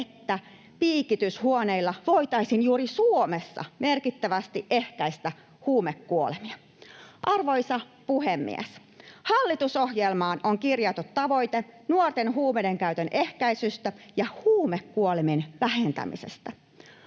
että piikityshuoneilla voitaisiin juuri Suomessa merkittävästi ehkäistä huumekuolemia. Arvoisa puhemies! Hallitusohjelmaan on kirjattu tavoite nuorten huumeidenkäytön ehkäisystä ja huumekuolemien vähentämisestä.